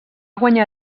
guanyar